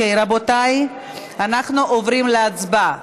רבותיי, אנחנו עוברים להצבעה.